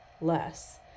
less